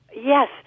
Yes